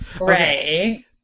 Right